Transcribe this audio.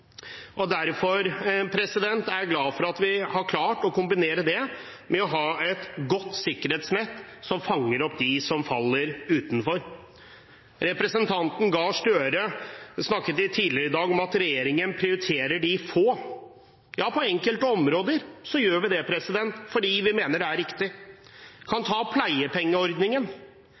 verdiene. Derfor er jeg glad for at vi har klart å kombinere det med å ha et godt sikkerhetsnett som fanger opp dem som faller utenfor. Representanten Gahr Støre snakket tidligere i dag om at regjeringen prioriterer de få. Ja, på enkelte områder gjør vi det – fordi vi mener det er riktig. Vi kan ta pleiepengeordningen.